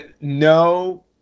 no